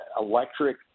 electric